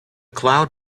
cloud